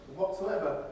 whatsoever